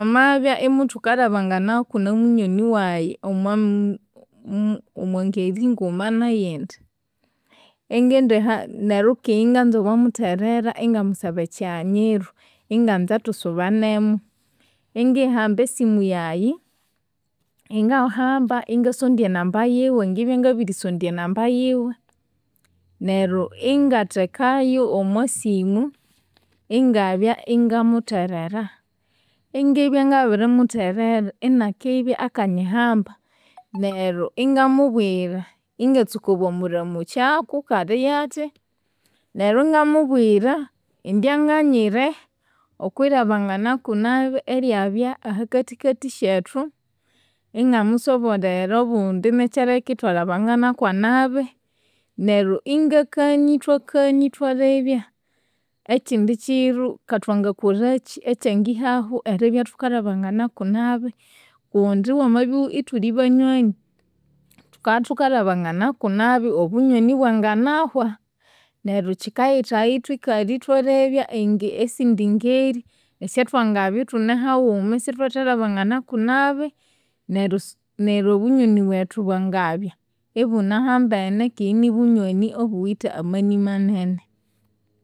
Thwamanbya imuthukalhabanganaku namunyoni wayi omwam omwangeri nguma neyindi, ingindiha neryo kandi inganza bwamutherera ingamusaba ekyighanyiro inganza thusubanemu. Ingihamba esimu yayi, ingahamba ingasondya enamba yiwe, ngibya ngabirisondya enamba yiwe, neryo ingathekayu omwasimu ingabya ingamutherera. Ingibya ngabirimutherera inakibya akanyihamba, neru ingamubwira, ingatsuka bwamuramukyaku ngali yathi, neryo ingamubwira indi anganyire okwilhabanganaku nabi eryaba ahakathikathi syethu, ingamusoborera obundi nekyaleka ithwalhabanganaku nabi. Neryo ingakania ithwakania ithwalebya ekyindi kyiro ngathwangakolhakyi ekyangihahu eribya thukalhabanganaku nabi. Kundi wamabya ithuli banyoni, thukabya thukalhabanganaku nabi, obunyoni bwanginahwa. Neryo kyikayithagha ithwikalha ithwalebya esindi ngeri esyathwangabya ithune haghuma isithuthalhabanganaku nabi. Neryo su neryo obunyoni bwethu bwangabya ibunahambene keghe inibunyoni obuwithe amani manene.